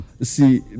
see